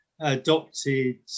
adopted